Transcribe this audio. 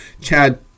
Chad